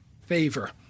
favor